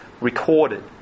recorded